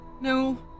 No